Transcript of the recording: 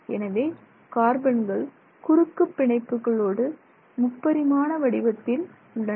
எனவே கார்பன்கள் குறுக்குப் பிணைப்புகளோடு முப்பரிமாண வடிவத்தில் உள்ளன